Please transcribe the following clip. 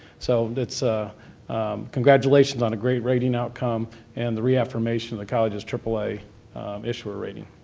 so it's a congratulations on great rating outcome and the reaffirmation of the college's triple a issuer rating.